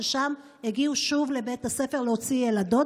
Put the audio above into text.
ושם הגיעו שוב לבית הספר להוציא ילדות.